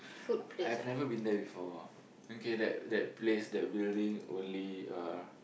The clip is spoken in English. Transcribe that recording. I've never been there before okay that that place that building only uh